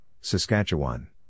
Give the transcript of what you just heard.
Saskatchewan